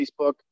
Facebook